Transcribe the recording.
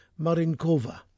Marinkova